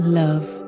love